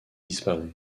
disparaît